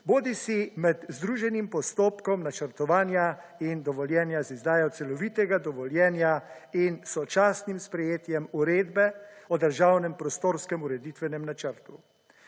bodisi med združenim postopkom načrtovanja in dovoljenja z izdajo celovitega dovoljenja in sočasnim sprejetjem uredbe o državnem prostorskem ureditvenem načrtu.